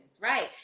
Right